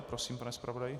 Prosím, pane zpravodaji.